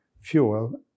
fuel